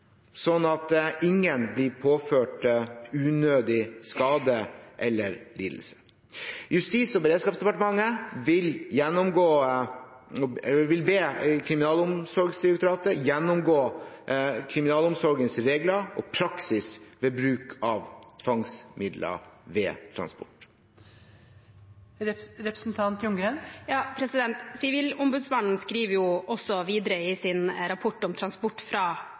at ingen blir påført unødig skade eller lidelse. Justis- og beredskapsdepartementet vil be Kriminalomsorgsdirektoratet gjennomgå kriminalomsorgens regler og praksis ved bruk av tvangsmidler ved transport. Sivilombudsmannen skriver også i sin rapport om transport fra